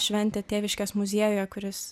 šventė tėviškės muziejuje kuris